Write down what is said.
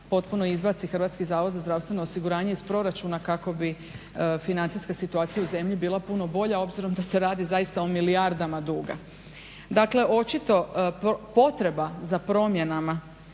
potpuno izbaci HZZO iz proračuna kako bi financijska situacija u zemlji bila puno bolja, obzirom da se radi zaista o milijardama duga. Dakle, očito potreba za promjenama